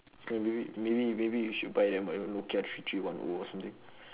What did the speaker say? maybe maybe maybe you should buy them a nokia three three one O or something